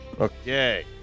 Okay